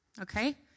Okay